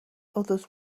others